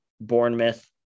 Bournemouth